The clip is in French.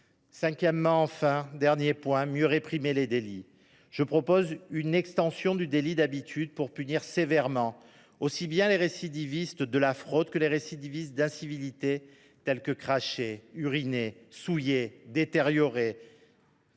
Cinquièmement, enfin, nous devons mieux réprimer les délits. Je propose une extension du délit d’habitude afin de punir sévèrement aussi bien les récidivistes de la fraude que ceux qui récidivent dans la commission d’incivilités telles que cracher, uriner, souiller, détériorer,